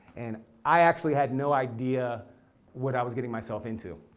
and i actually had no idea what i was getting myself into.